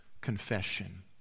confession